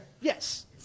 Yes